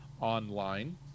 online